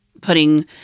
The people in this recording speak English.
putting